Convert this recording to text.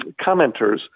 commenters